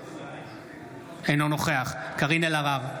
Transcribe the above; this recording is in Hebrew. אינו נוכח קארין אלהרר,